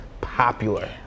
popular